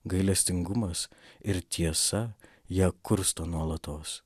gailestingumas ir tiesa ją kursto nuolatos